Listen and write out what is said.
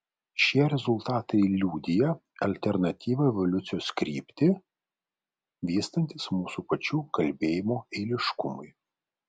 šie rezultatai liudija alternatyvią evoliucijos kryptį vystantis mūsų pačių kalbėjimo eiliškumui